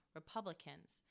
Republicans